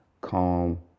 calm